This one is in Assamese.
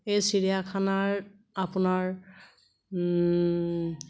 এই চিৰিয়াখানাৰ আপোনাৰ